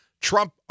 Trump